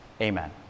Amen